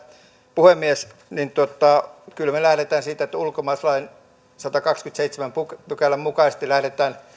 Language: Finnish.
puhemies kyllä me lähdemme siitä että ulkomaalaislain sadannenkahdennenkymmenennenseitsemännen pykälän mukaisesti lähdetään